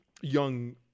young